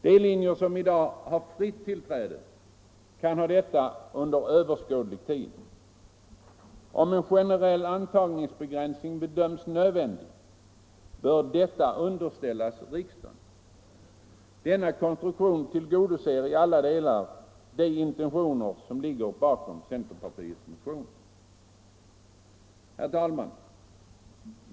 De linjer som i dag har fritt tillträde kan ha detta under överskådlig tid. Om en generell antagningsbegränsning bedöms nödvändig, bör frågan underställas riksdagen. Denna konstruktion tillgodoser i alla delar de intentioner som ligger bakom centerpartiets motion. Herr talman!